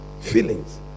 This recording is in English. Feelings